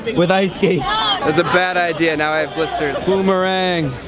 with ice skates it's a bad idea now i have blisters boomerang,